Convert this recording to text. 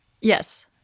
Yes